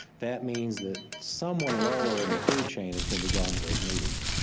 that means that someone lower in the food chain is going to be going to those meetings.